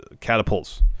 catapults